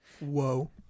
Whoa